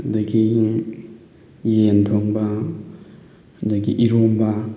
ꯑꯗꯒꯤ ꯌꯦꯟ ꯊꯣꯡꯕ ꯑꯗꯒꯤ ꯏꯔꯣꯝꯕ